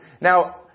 Now